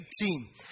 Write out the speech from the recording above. team